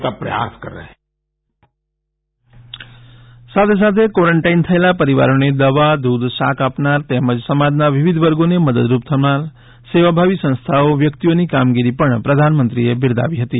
byte PM front line warrior સાથે સાથે quarantine થયેલા પરીવારોને દવા દૂધ શાક આપનાર તેમજ સમાજના વિવિધ વર્ગોને મદદરૂપ થનાર સેવાભાવી સંસ્થાઓ વ્યક્તિઓની કામગીરી પણ પ્રધાનમંત્રીએ બિરદાવી હતી